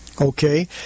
Okay